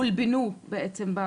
הולבנו בעצם.